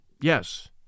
Yes